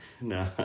No